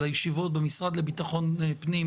אלא במשרד לביטחון פנים.